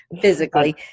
physically